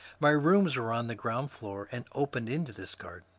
my rooms were on the ground floor and opened into this garden.